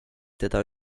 teda